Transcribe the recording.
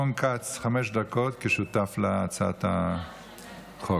רון כץ, חמש דקות, כשותף להצעת החוק.